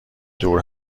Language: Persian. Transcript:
دور